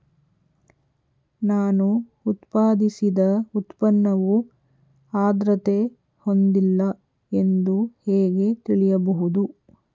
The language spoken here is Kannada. ನಾನು ಉತ್ಪಾದಿಸಿದ ಉತ್ಪನ್ನವು ಆದ್ರತೆ ಹೊಂದಿಲ್ಲ ಎಂದು ಹೇಗೆ ತಿಳಿಯಬಹುದು?